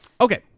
okay